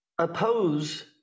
oppose